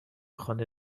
خانه